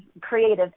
creative